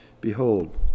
Behold